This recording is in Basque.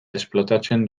esplotatzen